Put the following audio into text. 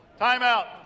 Timeout